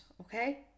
okay